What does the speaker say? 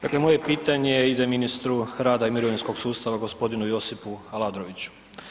Dakle moje pitanje ide ministru rada i mirovinskog sustava g. Josipu Aladroviću.